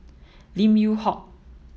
Lim Yew Hock